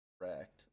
correct